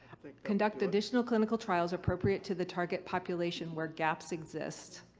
conduct additional clinical trials appropriate to the target population where gaps exist.